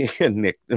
Nick